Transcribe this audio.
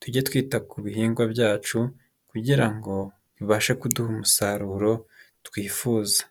tujye twita ku bihingwa byacu kugira ngo bibashe kuduha umusaruro twifuza.